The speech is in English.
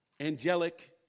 angelic